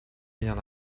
bien